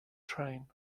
train